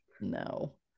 No